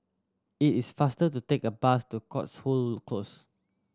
it is faster to take the bus to Cotswold Close